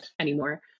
anymore